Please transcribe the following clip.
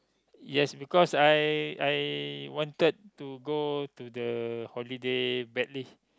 yes because I I wanted to go to the holiday badly